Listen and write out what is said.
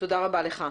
תודה רבה לך.